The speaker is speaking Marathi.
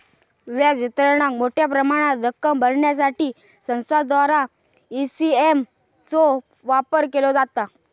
व्याज वितरणाक मोठ्या प्रमाणात रक्कम भरण्यासाठी संस्थांद्वारा ई.सी.एस चो वापर केलो जाता